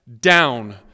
down